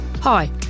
Hi